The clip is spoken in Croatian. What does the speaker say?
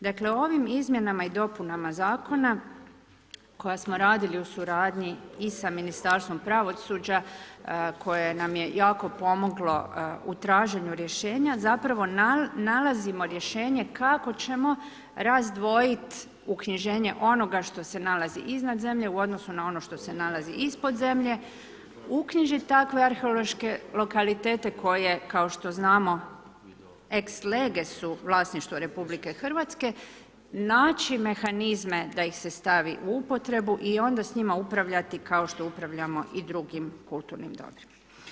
Dakle, ovim izmjenama i dopunama Zakona, koja smo radili u suradnji i sa Ministarstvom pravosuđa koje nam je jako pomoglo u traženju rješenja, zapravo nalazimo rješenje kako ćemo razdvojiti uknjiženje onoga što se nalazi iznad zemlje u odnosu na ono što se nalazi ispod zemlje, uknjižit takve arheološke lokalitete, koje kao što znamo ex-lege su vlasništvo RH, naći mehanizme da ih se stavi u upotrebu i onda s njima upravljati kao što upravljamo i drugim kulturnim dobrima.